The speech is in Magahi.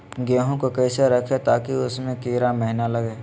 गेंहू को कैसे रखे ताकि उसमे कीड़ा महिना लगे?